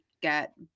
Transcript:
get